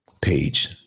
page